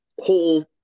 whole